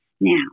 now